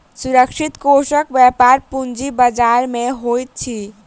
सुरक्षित कोषक व्यापार पूंजी बजार में होइत अछि